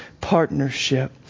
partnership